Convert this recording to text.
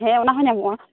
ᱦᱮᱸ ᱚᱱᱟ ᱦᱚᱸ ᱧᱟᱢᱚᱜᱼᱟ